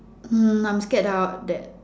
mm I'm scared that I'll that